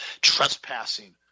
trespassing